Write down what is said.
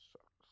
sucks